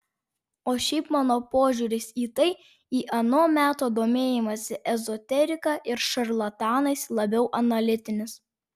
o šiaip mano požiūris į tai į ano meto domėjimąsi ezoterika ir šarlatanais labiau analitinis